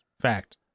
fact